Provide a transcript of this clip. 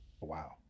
Wow